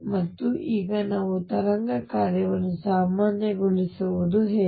ಮತ್ತು ಈಗ ನಾವು ತರಂಗ ಕಾರ್ಯವನ್ನು ಸಾಮಾನ್ಯಗೊಳಿಸುವುದು ಹೇಗೆ